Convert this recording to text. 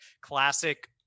classic